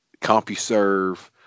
CompuServe